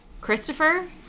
Christopher